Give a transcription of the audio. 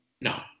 No